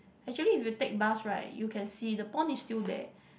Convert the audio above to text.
actually if you take bus right you can see the pond is still there